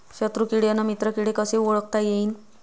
शत्रु किडे अन मित्र किडे कसे ओळखता येईन?